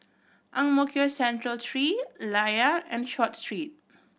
Ang Mo Kio Central Three Layar and Short Street